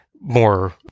more